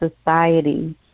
society